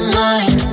mind